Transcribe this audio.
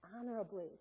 honorably